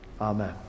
amen